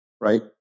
right